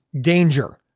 danger